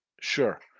Sure